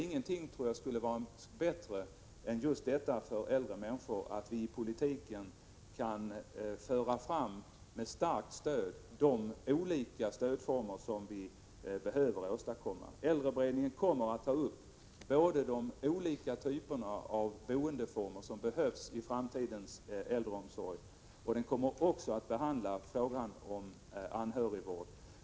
Ingenting, tror jag, skulle vara bättre för äldre människor än just detta att vi i politiken med starkt stöd kan föra fram de olika stödformer som vi behöver åstadkomma. Äldreberedningen kommer att ta upp de olika typer av boendeformer som behövs i framtidens äldreomsorg. Den kommer också att behandla frågan om anhörigvård.